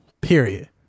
period